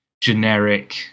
generic